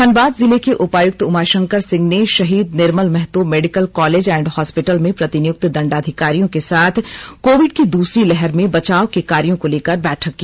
धनबाद जिले के उपायुक्त उमाशंकर सिंह ने Shaheed Nirmal Mahto medical college and hospital में प्रतिनियुक्त दंडाधिकारियों के साथ कोविड की दूसरी लहर में बचाव के कार्यो को लेकर बैठक की